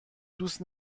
دوست